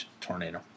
tornado